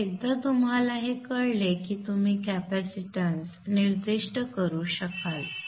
तर एकदा तुम्हाला हे कळले की तुम्ही कॅपेसिटन्स निर्दिष्ट करू शकाल